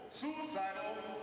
suicidal